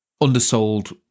undersold